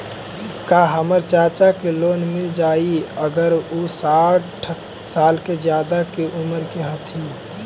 का हमर चाचा के लोन मिल जाई अगर उ साठ साल से ज्यादा के उमर के हथी?